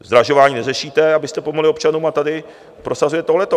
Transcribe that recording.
Zdražování neřešíte, abyste pomohli občanům, a tady prosazujete tohleto.